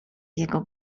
jego